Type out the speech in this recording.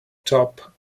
top